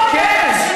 אתה